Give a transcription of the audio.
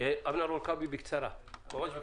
אבנר עורקבי, בקצרה, בבקשה.